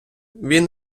він